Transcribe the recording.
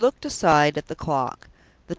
she looked aside at the clock.